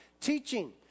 Teaching